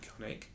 iconic